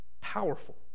powerful